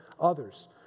others